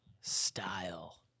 style